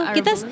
Kita